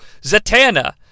Zatanna